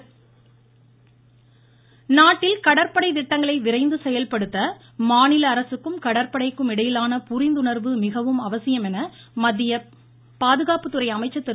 ராஜ்நாத்சிங் நாட்டில் கடற்படை திட்டங்களை விரைந்து செயல்படுத்த மாநில அரசுக்கும் கடற்படைக்கும் இடையிலான புரிந்துணர்வு மிகவும் அவசியம் என மத்திய பாதுகாப்புத்துறை அமைச்சர் திரு